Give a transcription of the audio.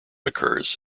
occurs